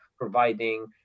providing